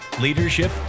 leadership